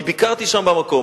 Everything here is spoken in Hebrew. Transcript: אני ביקרתי שם במקום,